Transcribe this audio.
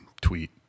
tweet